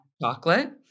chocolate